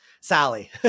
Sally